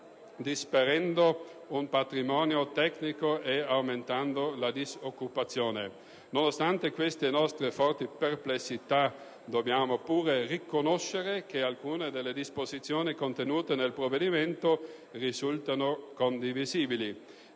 disperdendo un patrimonio tecnico ed aumentando la disoccupazione. Nonostante queste nostre forti perplessità, dobbiamo pure riconoscere che alcune delle disposizioni contenute nel provvedimento risultano condivisibili.